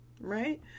right